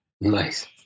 Nice